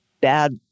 bad